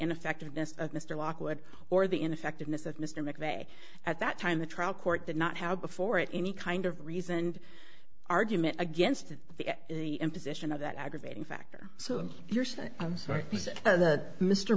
ineffectiveness of mr lockwood or the ineffectiveness of mr mcveigh at that time the trial court that not how before it any kind of reasoned argument against the imposition of that aggravating factor so you're saying i'm sorry